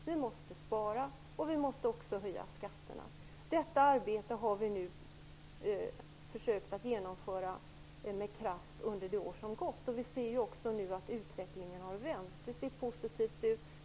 Vi måste spara och vi måste höja skatterna. Detta arbete har vi med kraft försökt att genomföra under det år som gått, och vi ser att utvecklingen nu har vänt. Det ser positivt ut.